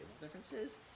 differences